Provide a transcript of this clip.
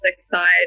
side